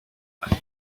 hay